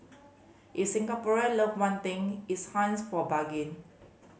if Singaporean love one thing it's hunts for bargain